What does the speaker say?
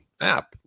app